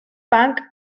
punk